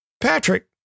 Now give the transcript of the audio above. Patrick